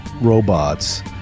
robots